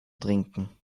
trinken